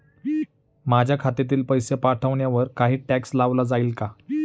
माझ्या खात्यातील पैसे पाठवण्यावर काही टॅक्स लावला जाईल का?